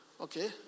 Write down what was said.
Okay